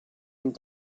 and